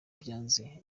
byanze